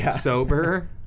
sober